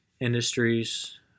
industries